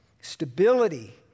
stability